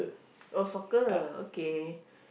oh soccer okay